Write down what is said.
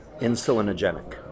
insulinogenic